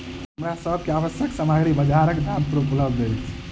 हमरा सभ के आवश्यक सामग्री बजारक दाम पर उपलबध अछि